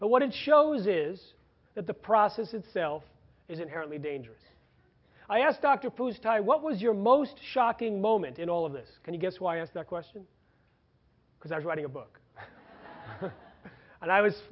but what it shows is that the process itself is inherently dangerous i asked dr pou style what was your most shocking moment in all of this can you guess why i asked the question because i was writing a book and i was